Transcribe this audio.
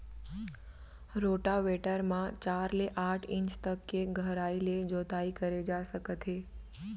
rotavator म चार ले आठ इंच तक के गहराई ले जोताई करे जा सकत हे